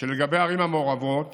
שלגבי הערים המעורבות